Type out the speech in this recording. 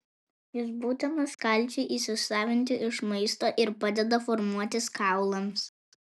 jis būtinas kalciui įsisavinti iš maisto ir padeda formuotis kaulams